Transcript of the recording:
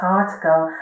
article